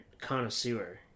connoisseur